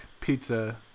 pizza